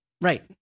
Right